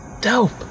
Dope